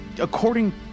according